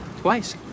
twice